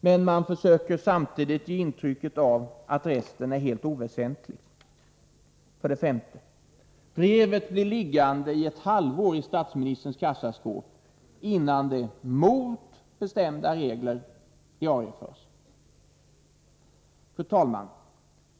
men man försöker samtidigt ge intrycket av att resten är något helt oväsentligt. För det femte: Brevet blir mot bestämda regler liggande i ett halvår i statsministerns kassaskåp innan det diarieförs. Fru talman!